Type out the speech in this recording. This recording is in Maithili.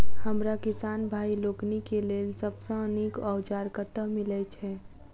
हमरा किसान भाई लोकनि केँ लेल सबसँ नीक औजार कतह मिलै छै?